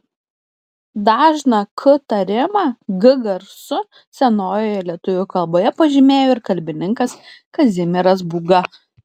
dažną k tarimą g garsu senojoje lietuvių kalboje pažymėjo ir kalbininkas kazimieras būga